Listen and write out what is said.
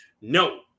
No